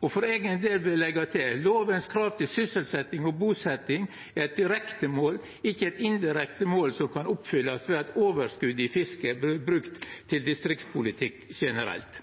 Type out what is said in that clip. For eigen del vil eg leggja til: Lovas krav til sysselsetjing og busetjing er eit direkte mål, ikkje eit indirekte mål som kan oppfyllast ved at overskotet i fisket vert brukt til distriktspolitikk generelt.